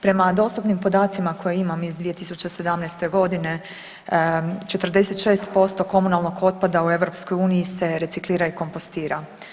Prema dostupnim podacima koje imam iz 2017.g. 46% komunalnog otpada u EU se reciklira i kompostira.